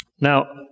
Now